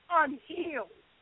unhealed